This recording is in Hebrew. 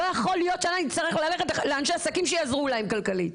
לא יכול להיות שאנחנו נצטרך ללכת לאנשי עסקים שיעזרו להם כלכלית.